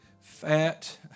fat